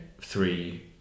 three